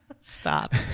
Stop